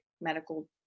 Medical